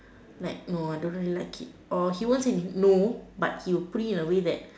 like no I don't really it or he won't say no like he will put it in a way that